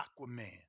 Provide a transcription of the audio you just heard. Aquaman